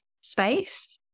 space